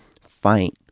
fight